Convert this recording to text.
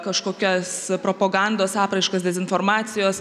kažkokias propogandos apraiškas dezinformacijos